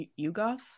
Yugoth